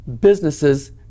businesses